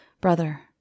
brother